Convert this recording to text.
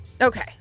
Okay